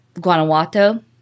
Guanajuato